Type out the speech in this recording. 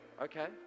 okay